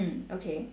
mm okay